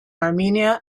armenia